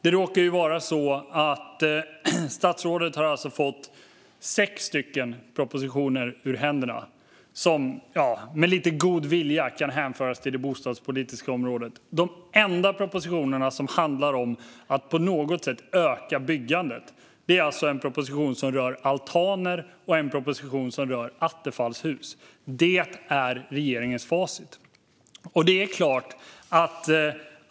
Det råkar vara så att statsrådet har fått sex propositioner ur händerna som med lite god vilja kan hänföras till det bostadspolitiska området. De enda propositioner som handlar om att på något sätt öka byggandet är alltså en proposition som rör altaner och en proposition som rör attefallshus. Det är regeringens facit.